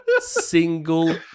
single